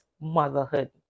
motherhood